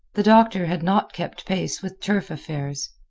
the doctor had not kept pace with turf affairs.